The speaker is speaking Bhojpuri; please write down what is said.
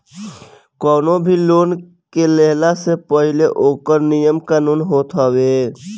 कवनो भी लोन के लेहला से पहिले ओकर नियम कानून होत हवे